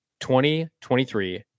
2023